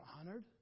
honored